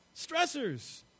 stressors